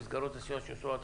שמסגרות הסיוע עד